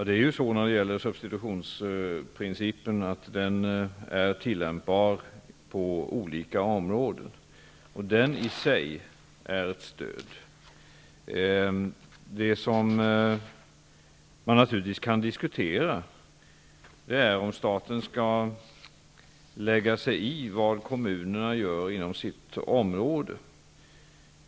Herr talman! Substitutionsprincipen är tillämpbar på olika områden. Principen i sig är ett stöd. Det man naturligtvis kan diskutera är om staten skall lägga sig i vad kommunerna gör inom sitt område.